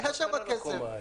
היה שם כסף.